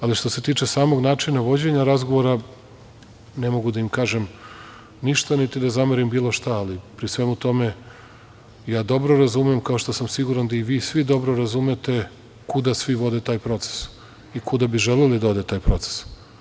Ali, što se tiče samog načina vođenja razgovora ne mogu da im kažem ništa niti da im zamerim bilo šta, ali pri svemu tome ja dobro razumem, kao što sam siguran da i vi svi dobro razumete kuda svi vode taj proces i kuda bi želeli da ode taj proces.